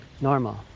normal